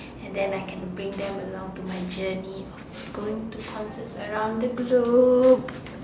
and then I can bring them along to my journey of going to concerts around the globe